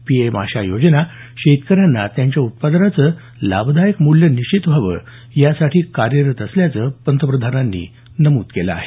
PM आशा योजना शेतकऱ्यांना त्यांच्या उत्पादनाचं लाभकारी मूल्य निश्चित व्हावं यासाठी असल्याचंही पंतप्रधानांनी म्हटलं आहे